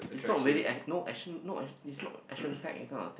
it's not really act~ no action no action it's not action packed that kind of thing